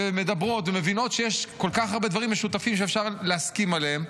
ומדברות ומבינות שיש כל כך הרבה דברים משותפים שאפשר להסכים עליהם.